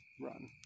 run